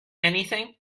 anything